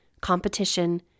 competition